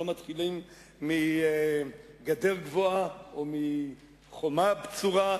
לא מתחילים מגדר גבוהה או מחומה בצורה.